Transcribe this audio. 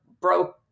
broke